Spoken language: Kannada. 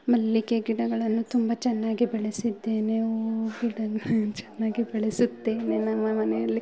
ಮಲ್ಲಿಗೆ ಗಿಡಗಳನ್ನು ತುಂಬ ಚೆನ್ನಾಗಿ ಬೆಳೆಸಿದ್ದೇನೆ ಹೂ ಗಿಡಗಳನ್ನು ಚೆನ್ನಾಗಿ ಬೆಳೆಸುತ್ತೇನೆ ನಮ್ಮ ಮನೆಯಲ್ಲಿ